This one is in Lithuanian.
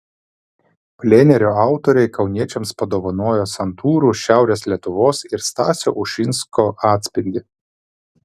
plenero autoriai kauniečiams padovanojo santūrų šiaurės lietuvos ir stasio ušinsko atspindį